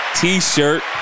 t-shirt